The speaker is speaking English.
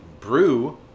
Brew